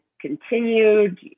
continued